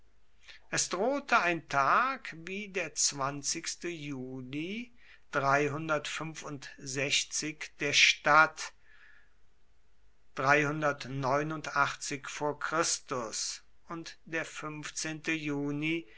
es drohte ein tag wie der juli der stadt und der